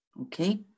Okay